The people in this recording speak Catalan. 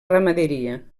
ramaderia